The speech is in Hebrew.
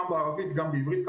גם בערבית וגם בעברית,